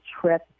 trip